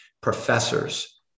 professors